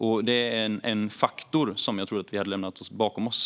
Det är en faktor som jag trodde att vi hade lagt bakom oss.